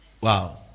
wow